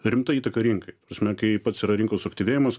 rimta įtaka rinkai ta prasme kai pats yra rinkos suaktyvėjimas